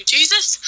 Jesus